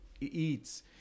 eats